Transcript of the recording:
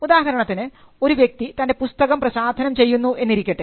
ഉദാഹരണത്തിന് ഒരു വ്യക്തി തൻറെ പുസ്തകം പ്രസാധനം ചെയ്യുന്നു എന്നിരിക്കട്ടെ